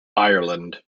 ireland